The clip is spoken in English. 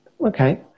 Okay